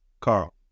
Carl